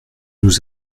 nous